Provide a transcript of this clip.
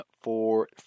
four